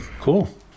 Cool